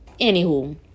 Anywho